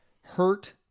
hurt